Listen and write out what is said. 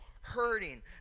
hurting